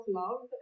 love